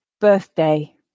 Birthday